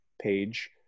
page